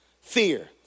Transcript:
Fear